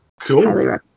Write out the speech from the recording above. cool